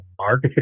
Mark